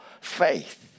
faith